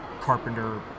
Carpenter